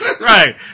Right